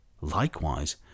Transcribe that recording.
Likewise